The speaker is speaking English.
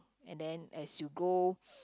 and then as you grow